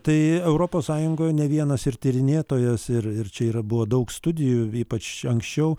tai europos sąjungoje ne vienas ir tyrinėtojas ir ir čia yra buvo daug studijų ypač anksčiau